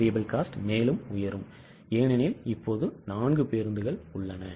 SVC மேலும் உயரும் ஏனெனில் இப்போது 4 பேருந்துகள் உள்ளன